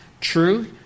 True